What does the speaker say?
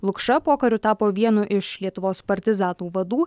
lukša pokariu tapo vienu iš lietuvos partizanų vadų